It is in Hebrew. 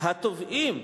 המשפטים, התובעים,